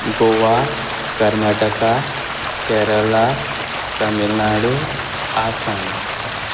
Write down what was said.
Goa Karnataka Kerala Tamil Nadu Assam